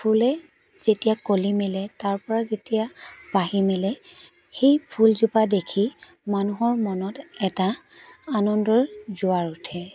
ফুলে যেতিয়া কলি মেলে তাৰ পৰা যেতিয়া পাহি মেলে সেই ফুলজোপা দেখি মানুহৰ মনত এটা আনন্দৰ জোৱাৰ উঠে